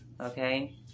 okay